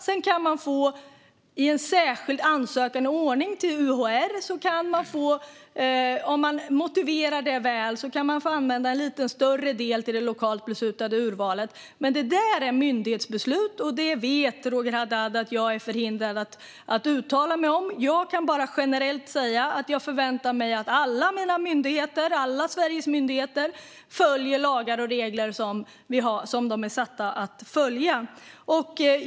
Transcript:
Sedan kan man i en särskild ordning och genom ansökan till UHR, om man motiverar det väl, få använda en lite större del lokalt beslutade urval. Detta är dock myndighetsbeslut, och Roger Haddad vet att jag är förhindrad att uttala mig om det. Jag kan bara generellt säga att jag förväntar mig att alla mina och Sveriges myndigheter följer de lagar och regler som de är satta att följa.